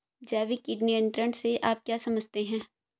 जैविक कीट नियंत्रण से आप क्या समझते हैं?